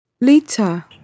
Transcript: Lita